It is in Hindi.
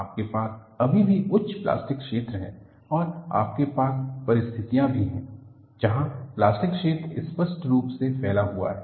आपके पास अभी भी उच्च प्लास्टिक क्षेत्र है और आपके पास परिस्थितियां भी हैं जहां प्लास्टिक क्षेत्र स्पष्ट रूप से फैला हुआ है